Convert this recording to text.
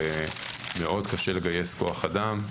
מאוד קשה לגייס כוח אדם.